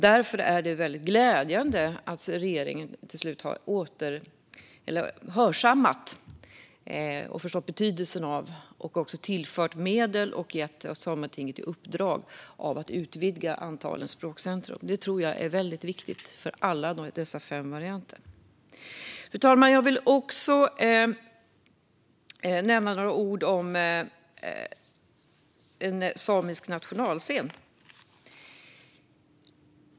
Därför är det glädjande att regeringen till slut har hörsammat och förstått betydelsen av detta och gett Sametinget i uppdrag att utvidga antalet språkcentrum, något jag tror är väldigt viktigt för alla fem varianter. Fru talman! Jag ska också säga några ord om en samisk nationalscen.